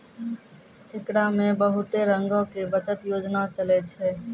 एकरा मे बहुते रंगो के बचत योजना चलै छै